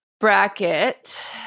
bracket